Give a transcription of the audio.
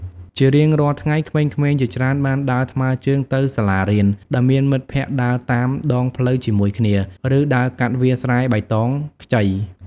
ជារៀងរាល់ថ្ងៃ ក្មេងៗជាច្រើនបានដើរថ្មើរជើងទៅសាលារៀន ដោយមានមិត្តភក្តិដើរតាមដងផ្លូវជាមួយគ្នា ឬដើរកាត់វាលស្រែបៃតងខ្ចី។